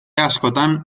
askotan